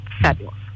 Fabulous